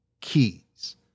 keys